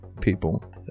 people